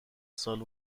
سال